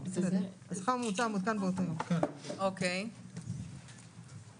זה מה שכתוב היום בחוק הביטוח הלאומי.